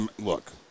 look